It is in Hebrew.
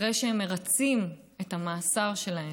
אחרי שהם מרצים את המאסר שלהם,